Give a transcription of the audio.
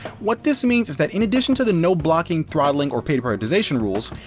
what this means is that in addition to the no blocking, throttling, or paid prioritization rules,